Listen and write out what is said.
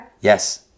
Yes